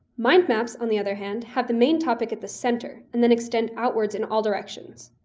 mind maps, on the other hand, have the main topic at the center and then extend outwards in all directions.